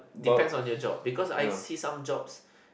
depends on your job because I see some jobs